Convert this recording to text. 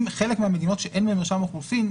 לחלק מהמדינות שאין להן מרשם אוכלוסין,